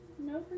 no